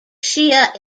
shia